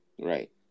Right